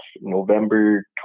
November